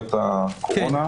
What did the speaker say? מלוניות הקורונה.